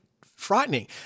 frightening